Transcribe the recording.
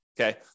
Okay